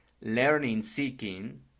learning-seeking